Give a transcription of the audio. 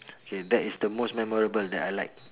okay that is the most memorable that I like